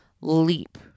leap